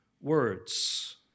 words